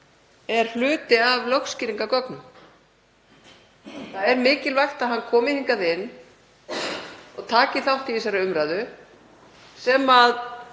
er hluti af lögskýringargögnum. Það er mikilvægt að hann komi hingað inn og taki þátt í þessari umræðu sem